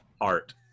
Art